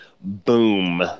boom